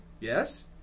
Yes